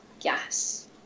yes